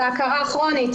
של ההכרה הכרונית.